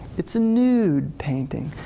it's a nude painting,